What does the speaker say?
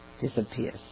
disappears